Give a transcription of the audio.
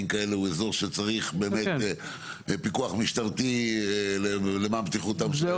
כאלה הוא אזור שצריך פיקוח משטרתי למען בטיחותם של התושבים.